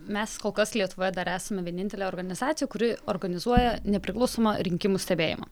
mes kol kas lietuvoje dar esame vienintelė organizacija kuri organizuoja nepriklausomą rinkimų stebėjimą